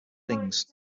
things